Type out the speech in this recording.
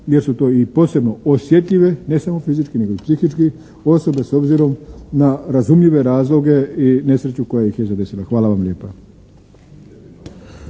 gdje su to i posebno osjetljive, ne samo fizički nego i psihički, osobe s obzirom na razumljive razloge i nesreću koja ih je zadesila. Hvala vam lijepa.